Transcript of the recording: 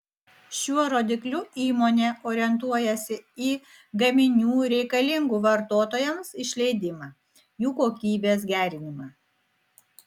šiuo rodikliu įmonė orientuojasi į gaminių reikalingų vartotojams išleidimą jų kokybės gerinimą